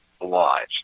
alive